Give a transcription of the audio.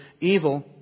evil